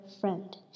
friend